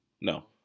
No